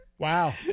Wow